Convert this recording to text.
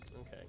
Okay